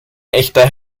echter